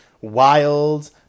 wild